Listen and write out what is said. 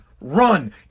Run